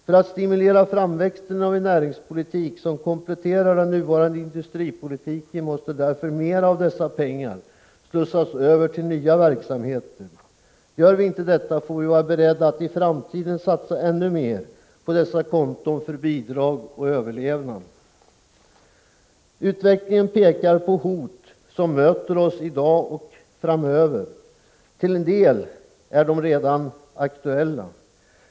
För att stimulera framväxten av en näringspolitik som kompletterar den nuvarande industripolitiken måste därför mer av dessa pengar slussas över till nya verksamheter. Gör vi inte detta, får vi vara beredda att i framtiden satsa ännu mer på dessa konton för bidrag och överlevnad. Utvecklingen pekar på hot som möter oss i dag och framöver - till en del är de redan aktuella.